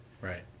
Right